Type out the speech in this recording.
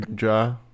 Ja